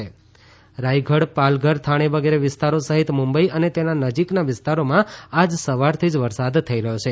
મુંબઇ વરસાદ રાયગઢ પાલઘર થાણે વગેરે વિસ્તારો સહિત મુંબઇ અનેતેના નજીકના વિસ્તારોમાં આજ સવારથી જ વરસાદ થઇ રહયો છે